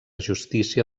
justícia